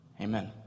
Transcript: Amen